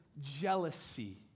jealousy